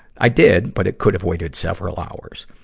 i did, but it could have waited several hours.